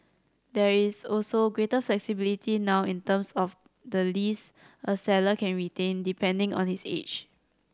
there is also greater flexibility now in terms of the lease a seller can retain depending on his age